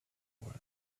were